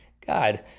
God